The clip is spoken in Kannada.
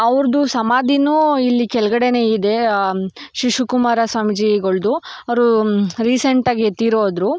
ಅವ್ರದ್ದು ಸಮಾಧಿಯೂ ಇಲ್ಲಿ ಕೆಳ್ಗಡೆಯೇ ಇದೆ ಶಿವಕುಮಾರ ಸ್ವಾಮೀಜಿಗಳದ್ದು ಅವರು ರೀಸೆಂಟಾಗಿ ತೀರಿ ಹೋದ್ರು